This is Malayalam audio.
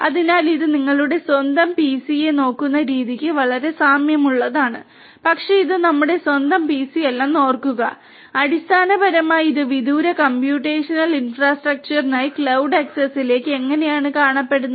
അതിനാൽ ഇത് നിങ്ങളുടെ സ്വന്തം പിസിയെ നോക്കുന്ന രീതിക്ക് വളരെ സാമ്യമുള്ളതാണ് പക്ഷേ ഇത് നമ്മുടെ സ്വന്തം പിസി അല്ലെന്ന് ഓർക്കുക അടിസ്ഥാനപരമായി ഇത് വിദൂര കമ്പ്യൂട്ടേഷണൽ ഇൻഫ്രാസ്ട്രക്ചറിനായി ക്ലൌഡ് ആക്സസിലേക്ക് എങ്ങനെയാണ് കാണപ്പെടുന്നത്